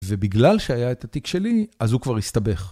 ובגלל שהיה את התיק שלי, אז הוא כבר הסתבך.